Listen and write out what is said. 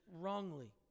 wrongly